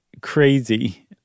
crazy